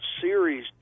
series